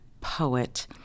poet